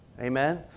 Amen